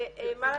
ומה לעשות,